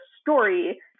story